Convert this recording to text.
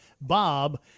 bob